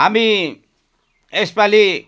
हामी यसपालि